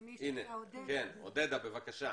עודדה, בבקשה.